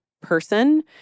person